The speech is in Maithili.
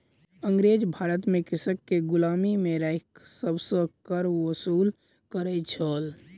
अँगरेज भारत में कृषक के गुलामी में राइख सभ सॅ कर वसूल करै छल